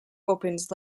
opens